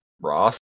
Ross